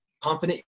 confident